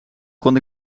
kon